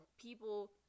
people